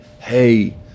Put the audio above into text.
Hey